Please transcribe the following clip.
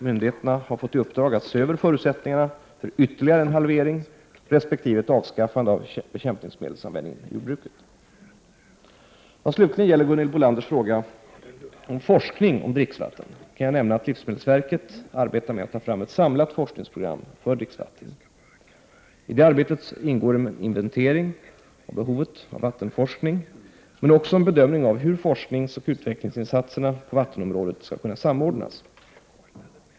Myndigheterna har fått i uppdrag att se över förutsättningarna för en ytterligare halvering, resp. ett avskaffande av bekämpningsmedelsanvändningen i jordbruket. Vad slutligen gäller Gunhild Bolanders fråga om forskning om dricksvatten kan jag nämna att livsmedelsverket arbetar med att ta fram ett samlat forskningsprogram för dricksvatten. I arbetet ingår en inventering av behovet av vattenforskning men också en bedömning av hur forskningsoch utvecklingsinsatserna på vattenområdet skall kunna samordnas.